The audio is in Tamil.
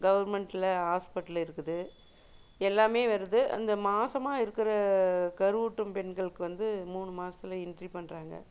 கவர்மெண்ட்டில் ஹாஸ்பிட்டல் இருக்குது எல்லாமே வருது அந்த மாதமா இருக்கிற கருவூட்டும் பெண்களுக்கு வந்து மூணு மாதத்துல என்ட்ரி பண்ணுறாங்க